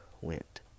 went